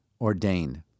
ordained